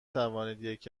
توانید